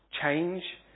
Change